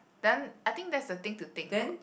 then I think that's the thing to take note